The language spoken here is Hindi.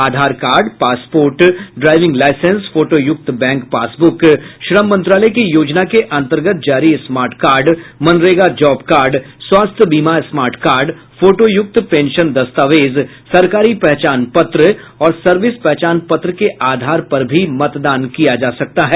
आधार कार्ड पासपोर्ट ड्राईविंग लाइसेंस फोटोयूक्त बैंक पासब्रक श्रम मंत्रालय की योजना के अन्तर्गत जारी smart card MNREGA job card स्वास्थ्य बीमा स्मार्ट कार्ड फोटोयुक्त पेंशन दस्तावेज सरकारी पहचान पत्र और सर्विस पहचान पत्र के आधार पर भी मतदान किया जा सकता है